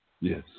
Yes